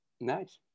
Nice